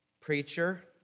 preacher